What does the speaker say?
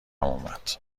اومد